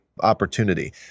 opportunity